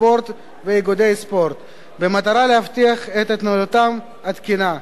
ספורט ואיגודי ספורט במטרה להבטיח את התנהלותם התקינה,